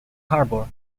harbour